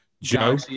joe